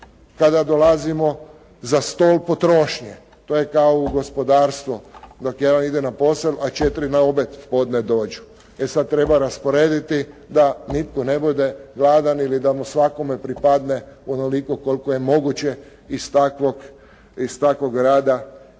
kada dolazimo za stol potrošnje. To je kao u gospodarstvu. Dok jedan ide na posao, a 4 na objed u podne dođu. E sad treba rasporediti da nitko ne bude gladan ili da mu svakome pripadne onoliko koliko je moguće iz takvog rada